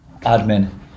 Admin